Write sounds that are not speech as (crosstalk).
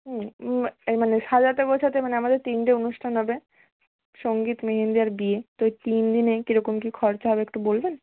(unintelligible) মানে সাজাতে গোছাতে মানে আমাদের তিনটে অনুষ্ঠান হবে সংগীত মেহেন্দি আর বিয়ে তো তিন দিনে কি রকম কি খরচা হবে একটু বলবেন